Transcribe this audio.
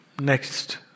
Next